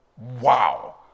Wow